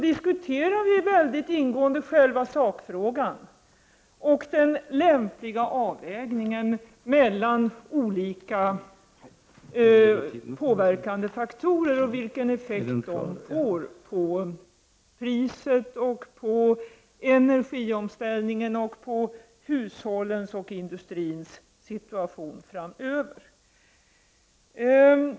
Det gäller bl.a. den lämpliga avvägningen mellan olika faktorer samt den effekt de får framöver på priset, energiomställningen och för hushållens och industrins situation.